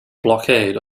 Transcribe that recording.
blockade